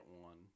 one